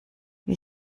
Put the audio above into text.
wie